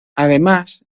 además